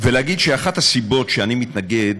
ולומר שאחת הסיבות שאני מתנגד